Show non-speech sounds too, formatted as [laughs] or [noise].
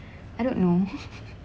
I don't know [laughs]